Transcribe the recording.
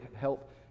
help